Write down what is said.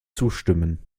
zustimmen